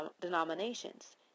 denominations